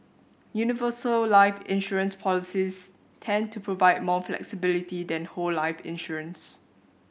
universal life insurance policies tend to provide more flexibility than whole life insurance